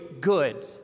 good